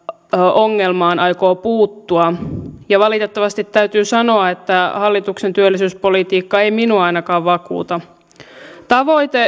ongelmaan aikoo puuttua ja valitettavasti täytyy sanoa että hallituksen työllisyyspolitiikka ei minua ainakaan vakuuta tavoite